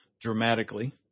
dramatically